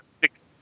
six